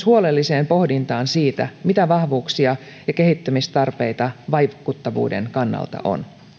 huolelliseen pohdintaan siitä mitä vahvuuksia ja kehittämistarpeita vaikuttavuuden kannalta on